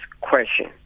question